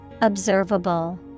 Observable